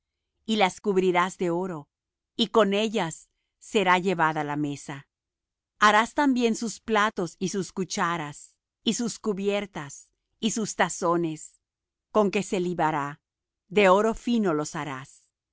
y las cubrirás de oro y con ellas será llevada la mesa harás también sus platos y sus cucharas y sus cubiertas y sus tazones con que se libará de oro fino los harás